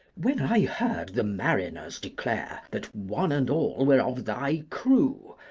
when i heard the mariners declare that one and all were of thy crew,